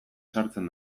sartzen